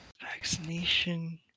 vaccination